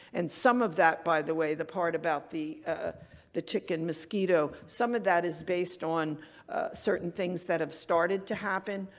and some of that, by the way, the part about the ah the tick and mosquito, some of that is based on certain things that have started to happen.